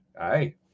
Aye